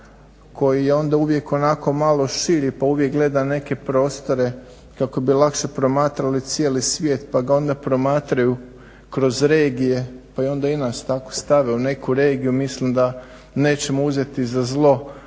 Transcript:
koji je onda uvijek onako malo širi pa uvijek gleda na neke prostore kako bi lakše promatrali cijeli svijet pa ga onda promatraju kroz regije pa onda i nas tako stave u neku regiju. Mislim da nećemo uzeti za zlo